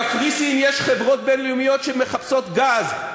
בקפריסין יש חברות בין-לאומיות שמחפשות גז,